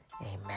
Amen